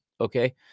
okay